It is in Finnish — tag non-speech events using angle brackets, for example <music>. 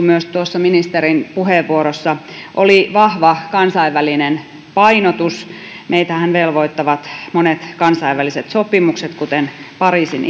<unintelligible> myös tuossa ministerin puheenvuorossa oli vahva kansainvälinen painotus meitähän velvoittavat monet kansainväliset sopimukset kuten pariisin <unintelligible>